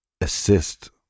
assist